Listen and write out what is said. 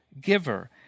giver